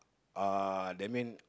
uh that mean